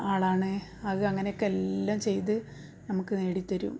ആളാണ് അത് അങ്ങനെ ഒക്കെ എല്ലാം ചെയ്ത് നമുക്ക് നേടി തരും